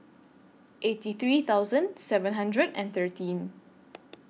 eighty three thousand seven hundred and thirteen